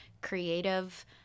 creative